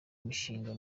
imishinga